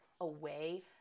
away